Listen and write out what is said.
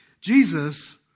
Jesus